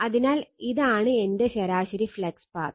അതിനാൽ ഇതാണ് എന്റെ ശരാശരി ഫ്ലക്സ് പാത്ത്